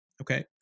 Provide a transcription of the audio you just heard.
Okay